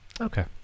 Okay